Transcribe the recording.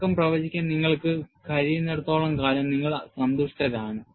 തുടക്കം പ്രവചിക്കാൻ നിങ്ങൾക്ക് കഴിയുന്നിടത്തോളം കാലം നിങ്ങൾ സന്തുഷ്ടരാണ്